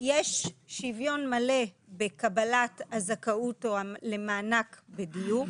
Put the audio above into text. יש שוויון מלא בקבלת הזכאות למענק בדיור.